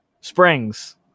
Springs